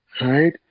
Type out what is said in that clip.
right